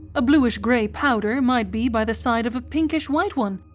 a bluish-grey powder might be by the side of a pinkish-white one,